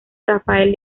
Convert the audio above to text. rafael